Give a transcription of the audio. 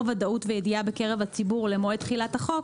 ודאות וידיעה בקרב הציבור למועד תחילת החוק,